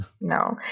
No